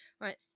right